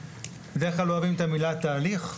בדרך כלל אוהבים את המילה "תהליך",